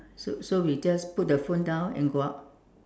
so so we just put the phone down and go out